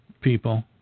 people